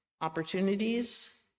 opportunities